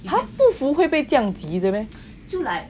!huh! 不服会被降级的 meh